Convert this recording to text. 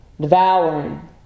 devouring